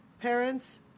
parents